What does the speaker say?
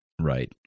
Right